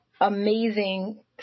amazing